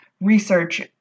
research